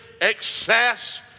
excess